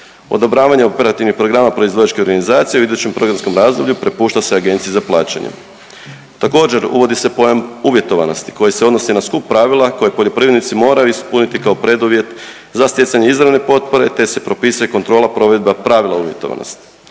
Odobravanje operativnih programa proizvođačke organizacije u idućem programskom razdoblju prepušta se Agenciji za plaćanje. Također uvodi se pojam uvjetovanosti koji se odnosi na skup pravila koje poljoprivrednici moraju ispuniti kao preduvjet za stjecanje izravne potpore, te se propisuje kontrola i provedba pravila uvjetovanosti.